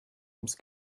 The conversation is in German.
ums